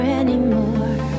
anymore